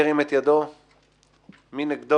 מי נגד?